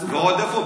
ועוד איפה?